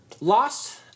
lost